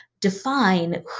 define